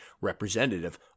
representative